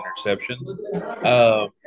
interceptions